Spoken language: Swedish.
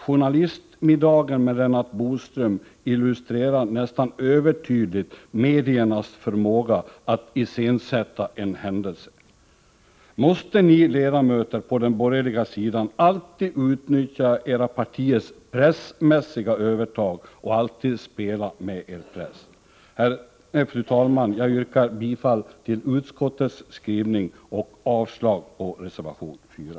Journalistmiddagen med Lennart Bodström illustrerar nästan övertydligt mediernas förmåga att iscensätta en händelse.” Måste ni ledamöter på den borgerliga sidan alltid utnyttja era partiers pressmässiga övertag och alltid spela med er press? Fru talman! Jag yrkar bifall till utskottets skrivning och avslag på reservation 4.